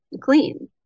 clean